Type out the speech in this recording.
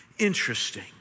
interesting